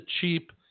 cheap